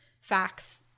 facts